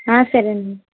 సరేనండి